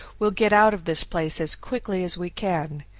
we'll get out of this place as quickly as we can,